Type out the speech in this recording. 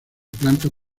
plantas